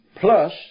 Plus